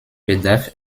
bedarf